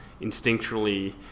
instinctually